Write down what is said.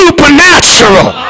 Supernatural